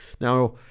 Now